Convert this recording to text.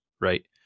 right